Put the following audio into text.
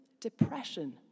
depression